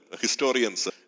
historians